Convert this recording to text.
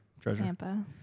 Tampa